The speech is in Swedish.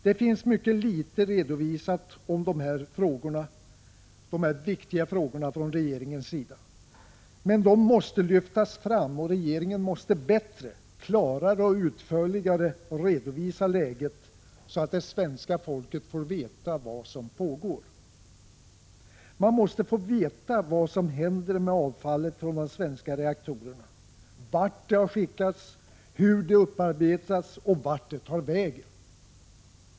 Det finns mycket litet redovisat från regeringens sida om de här viktiga frågorna, men de måste lyftas fram, och regeringen måste bättre, klarare och utförligare redovisa läget, så att svenska folket får veta vad som pågår. Man måste få veta vad som händer med avfallet från de svenska reaktorerna — vart det skickats, hur det upparbetats och vart det tar vägen.